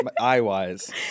eye-wise